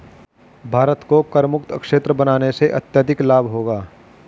भारत को करमुक्त क्षेत्र बनाने से अत्यधिक लाभ होगा